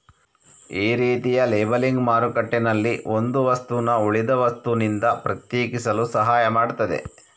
ಈ ರೀತಿಯ ಲೇಬಲಿಂಗ್ ಮಾರುಕಟ್ಟೆನಲ್ಲಿ ಒಂದು ವಸ್ತುನ ಉಳಿದ ವಸ್ತುನಿಂದ ಪ್ರತ್ಯೇಕಿಸಲು ಸಹಾಯ ಮಾಡ್ತದೆ